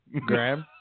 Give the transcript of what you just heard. Grab